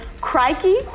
crikey